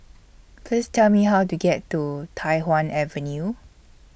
Please Tell Me How to get to Tai Hwan Avenue